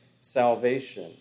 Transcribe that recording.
salvation